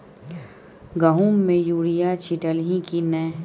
गहुम मे युरिया छीटलही की नै?